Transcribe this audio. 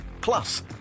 Plus